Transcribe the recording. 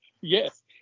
Yes